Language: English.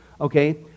okay